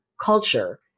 culture